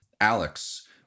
Alex